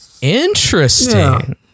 Interesting